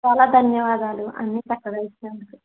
చాలా ధన్యవాదాలు అన్ని చక్కగా ఇచ్చినందుకు